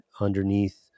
underneath